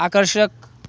आकर्षक